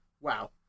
Wow